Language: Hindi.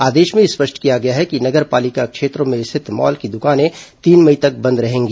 आदेश में स्पष्ट किया गया है कि नगर पालिका क्षेत्रों में स्थित मॉल की द्कानें तीन मई तक बंद रहेंगी